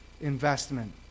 investment